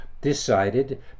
decided